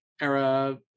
era